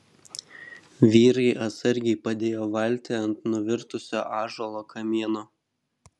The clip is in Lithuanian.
vyrai atsargiai padėjo valtį ant nuvirtusio ąžuolo kamieno